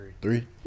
Three